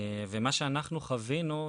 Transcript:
ומה שאנחנו חווינו,